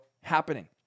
happening